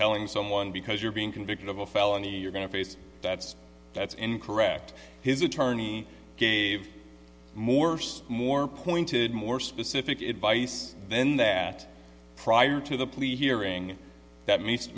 telling someone because you're being convicted of a felony you're going to face that's that's incorrect his attorney gave morse more pointed more specific advice then that prior to the plea hearing that meets